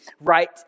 right